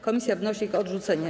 Komisja wnosi o ich odrzucenie.